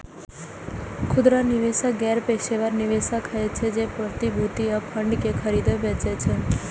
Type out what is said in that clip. खुदरा निवेशक गैर पेशेवर निवेशक होइ छै, जे प्रतिभूति आ फंड कें खरीदै बेचै छै